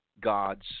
God's